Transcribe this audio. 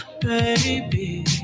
baby